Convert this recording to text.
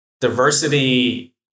diversity